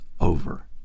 over